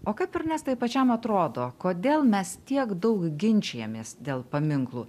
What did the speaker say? o kaip ernestai pačiam atrodo kodėl mes tiek daug ginčijamės dėl paminklų